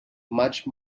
much